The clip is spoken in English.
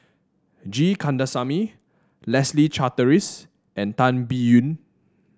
G Kandasamy Leslie Charteris and Tan Biyun